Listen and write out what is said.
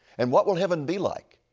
and what will heaven be like?